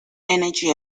energy